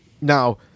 Now